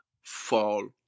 fall